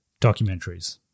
documentaries